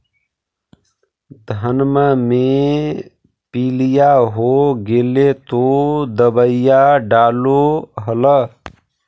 धनमा मे पीलिया हो गेल तो दबैया डालो हल?